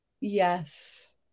Yes